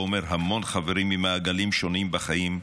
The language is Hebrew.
לעומר המון חברים ממעגלים שונים בחיים.